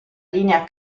linea